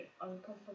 uncomfortable